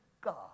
God